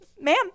ma'am